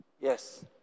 Yes